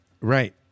Right